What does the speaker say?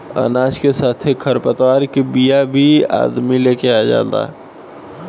अनाज के साथे खर पतवार के बिया भी अदमी लेके आ जाला